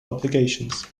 obligations